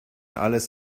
alles